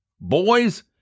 Boys